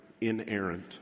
inerrant